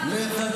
באת.